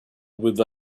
with